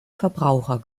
verbraucher